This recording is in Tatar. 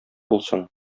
булсын